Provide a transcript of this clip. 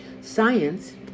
Science